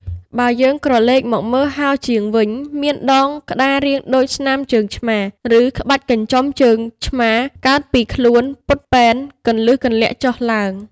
បើយើងក្រឡេកមកមើលហោជាងវិញ មានដងក្តាររាងដូចស្នាមជើងឆ្មារ ឬក្បាច់កញ្ចុំជើងឆ្មារ កើតពីខ្លួនពត់ពែន គន្លឹះគន្លាក់ចុះឡើង។